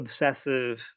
obsessive